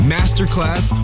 Masterclass